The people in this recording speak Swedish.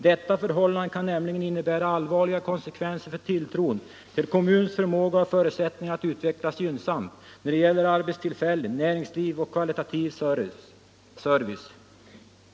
Detta förhållande kan nämligen innebära allvarliga konsekvenser för tilltron till kommunens förmåga och förutsättningar att utvecklas gynnsamt när det gäller arbetstillfällen, näringsliv och kvalitativ service.